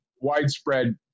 widespread